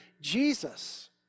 Jesus